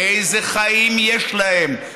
איזה חיים יש להם,